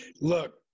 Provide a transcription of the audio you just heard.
Look